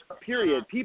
period